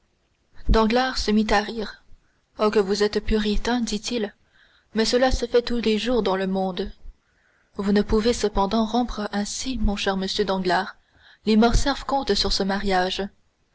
danglars se mit à rire oh que vous êtes puritain dit-il mais cela se fait tous les jours dans le monde vous ne pouvez cependant rompre ainsi mon cher monsieur danglars les morcerf comptent sur ce mariage